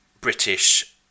British